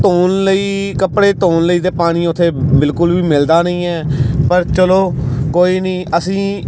ਧੋਣ ਲਈ ਕੱਪੜੇ ਧੋਣ ਲਈ ਅਤੇ ਪਾਣੀ ਉੱਥੇ ਬਿਲਕੁਲ ਵੀ ਮਿਲਦਾ ਨਹੀਂ ਹੈ ਪਰ ਚਲੋ ਕੋਈ ਨਹੀਂ ਅਸੀਂ